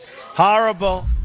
Horrible